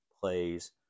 plays